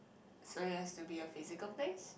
so it has to be a physical place